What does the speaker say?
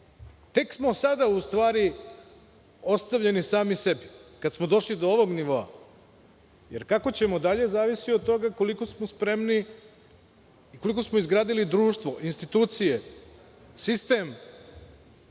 tek smo sada u stvari ostavljeni sami sebi kad smo došli do ovog nivoa, jer kako ćemo dalje, zavisi od toga koliko smo spremni i koliko smo izgradili društvo, institucije, sistem,